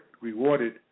rewarded